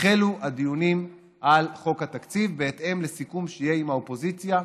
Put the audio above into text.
יחלו הדיונים על חוק התקציב בהתאם לסיכום שיהיה עם האופוזיציה,